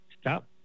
stop